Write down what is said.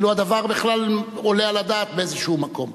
כאילו הדבר בכלל עולה על הדעת באיזשהו מקום.